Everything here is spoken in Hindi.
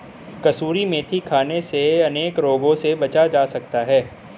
कसूरी मेथी खाने से अनेक रोगों से बचा जा सकता है